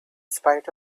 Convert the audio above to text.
spite